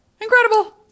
Incredible